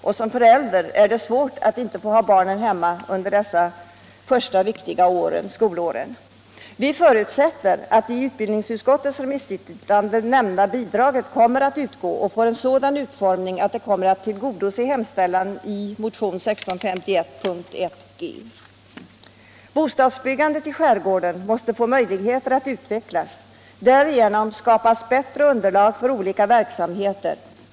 För föräldrarna är det svårt att inte få ha barnen hemma under de första, viktiga skolåren. Vi förutsätter att det i utbildningsutskottets yttrande nämnda bidraget kommer att utgå och får en sådan utformning att det kommer att tillgodose hemställan i motionen 1651 p.18g. Bostadsbyggandet i skärgården måste få möjligheter att utvecklas. Därigenom skapas bättre underlag för olika verksamheter.